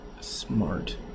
smart